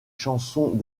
chansons